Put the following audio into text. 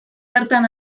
hartan